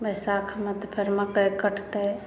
बैशाखमे तऽ फेर मकइ कटतै